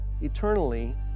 eternally